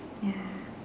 ya